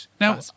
Now